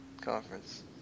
conference